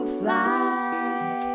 fly